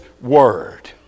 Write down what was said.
word